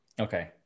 Okay